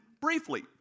briefly